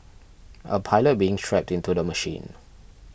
a pilot being strapped into the machine